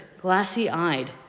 glassy-eyed